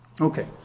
Okay